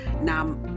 now